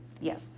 Yes